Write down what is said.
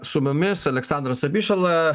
su mumis aleksandras abišala